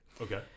Okay